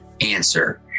answer